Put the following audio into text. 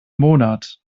monat